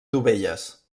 dovelles